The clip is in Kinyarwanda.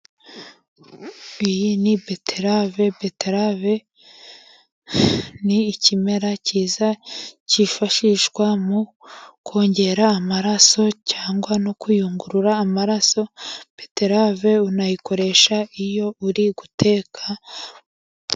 Iyi ni beterave, beterave ni ikimera cyiza cyifashishwa mu kongera amaraso cyangwa no kuyungurura amaraso, beterave unayikoresha iyo uri guteka.